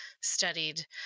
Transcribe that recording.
studied